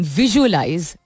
visualize